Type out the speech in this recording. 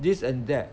this and that